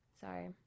Sorry